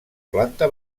planta